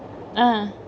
ah